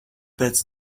pēc